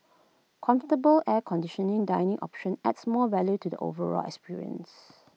comfortable air conditioning dining option adds more value to the overall experience